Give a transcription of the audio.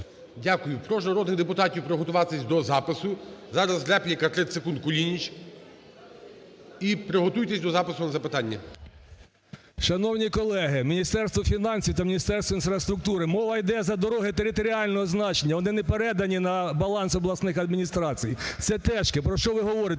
Дякую. Прошу народних депутатів приготуватися до запису. Зараз репліка, 30 секунд, Кулініч. І приготуйтесь до запису на запитання. 10:47:49 КУЛІНІЧ О.І. Шановні колеги, Міністерство фінансів та Міністерство інфраструктури, мова йде за дороги територіального значення. Вони не передані на баланс обласних адміністрацій. Це "тешки". Про що ви говорите?!